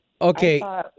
Okay